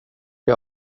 jag